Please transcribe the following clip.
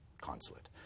consulate